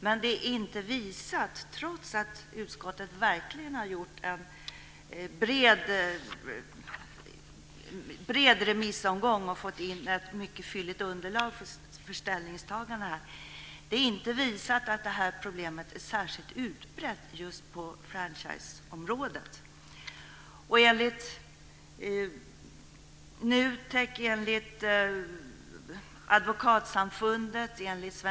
Men trots att utskottet har gjort en bred remissomgång och fått in ett mycket fylligt underlag för ett ställningstagande är det inte visat att det här problemet är särskilt utbrett på franchiseområdet.